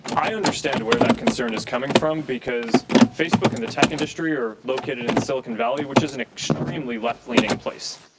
i understand where that concern is coming from because facebook and tech industry are located in silicon valley which is and extremely left wing place.